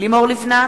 לימור לבנת,